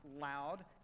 loud